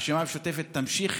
הרשימה המשותפת תמשיך